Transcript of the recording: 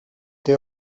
the